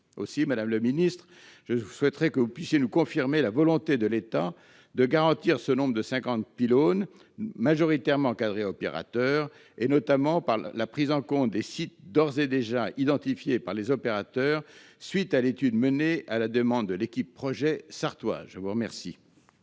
Aussi, madame la ministre, je souhaiterais que vous nous confirmiez la volonté de l'État de garantir ce nombre de 50 nouveaux pylônes, majoritairement quadri-opérateurs, et notamment la prise en compte des sites d'ores et déjà identifiés par les opérateurs à la suite de l'étude menée à la demande de l'équipe projet sarthoise. La parole